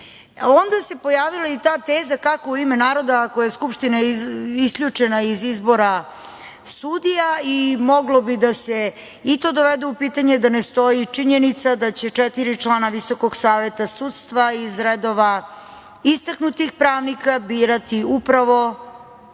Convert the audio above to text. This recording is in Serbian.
onda se pojavila i ta teza kako u ime naroda, ako je Skupština isključena iz izbora sudija i moglo bi da se i to dovede u pitanje, da ne stoji činjenica da će četiri člana Visokog saveta sudstva iz redova istaknutih pravnika birati upravo